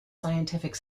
scientific